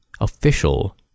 official